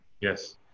Yes